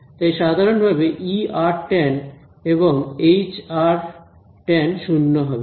তাই সাধারণভাবে tan এবং tan শূন্য হবে